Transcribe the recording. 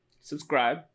subscribe